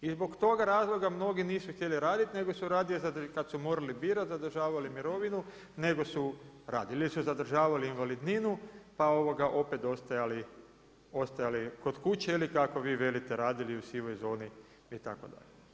I zbog toga razloga mnogi nisu htjeli raditi, nego su radije kad su morali birati zadržavali mirovinu nego su radili ili su zadržavali invalidninu pa opet ostajali kod kuće ili kako vi velite radili u sivoj zoni itd.